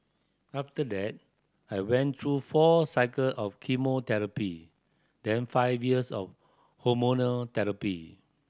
after that I went through four cycle of chemotherapy then five years of hormonal therapy